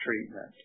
treatment